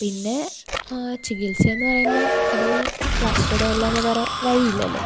പിന്നെ ചികിത്സയെന്ന് പറയുമ്പം അതിന് പ്ലാസ്റ്റർ ഇടുകയല്ലാതെ വേറെ വഴി ഇല്ലല്ലോ